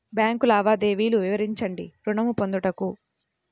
Bank లావాదేవీలు వివరించండి ఋణము పొందుటకు?